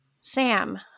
Sam